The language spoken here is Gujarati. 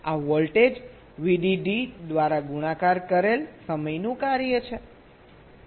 આ વોલ્ટેજ VDD દ્વારા ગુણાકાર કરેલ સમયનું કાર્ય છે